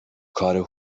کار